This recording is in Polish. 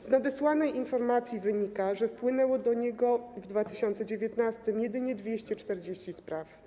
Z nadesłanej informacji wynika, że wpłynęło do niego w 2019 r. jedynie 240 spraw.